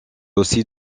aussi